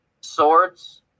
swords